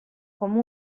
com